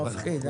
זה מפחיד,